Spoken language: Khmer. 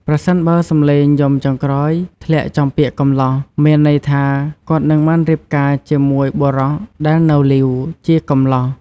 ប្រសិនបើសំឡេងយំចុងក្រោយធ្លាក់ចំពាក្យ កំលោះ មានន័យថាគាត់នឹងបានរៀបការជាមួយបុរសដែលនៅលីវ ជាកំលោះ ។